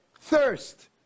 thirst